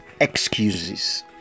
Excuses